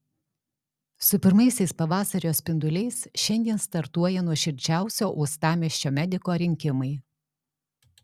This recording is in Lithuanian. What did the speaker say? su pirmaisiais pavasario spinduliais šiandien startuoja nuoširdžiausio uostamiesčio mediko rinkimai